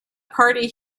party